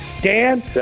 Dan